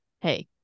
hey